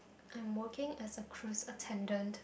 I'm working as a cruise attendant